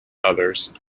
others